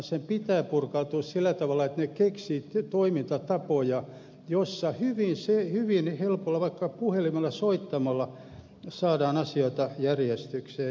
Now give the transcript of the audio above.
sen pitää purkautua sillä tavalla että ne keksivät toimintatapoja joissa hyvin helpolla vaikka puhelimella soittamalla saadaan asioita järjestykseen